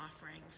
offerings